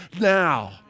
Now